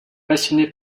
passionné